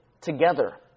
together